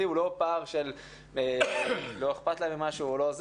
והוא לא פער של לא אכפת להם ממשהו.